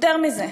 יותר מזה,